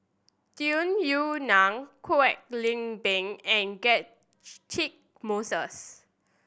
Tung Yue Nang Kwek Leng Beng and Moses